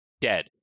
dead